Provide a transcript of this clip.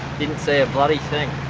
didn't see a bloody thing.